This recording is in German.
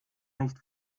nicht